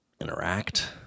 interact